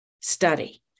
study